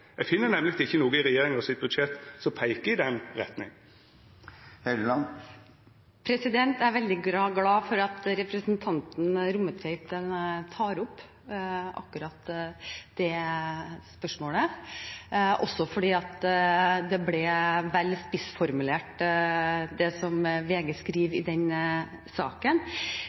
Eg finn nemleg ikkje noko i regjeringa sitt budsjett som peiker i den retninga. Jeg er veldig glad for at representanten Rommetveit tar opp akkurat det spørsmålet, også fordi det som VG skriver i denne saken, ble vel spissformulert. Det som